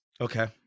okay